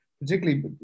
particularly